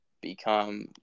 become